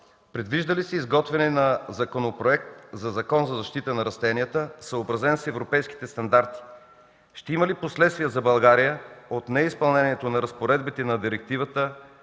Предвижда ли се изготвяне на Законопроект за Закон за защита на растенията, съобразен с европейските стандарти? Ще има ли последствия за България от неизпълнението на разпоредбите на директивата